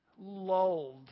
lulled